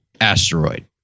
asteroid